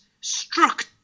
struck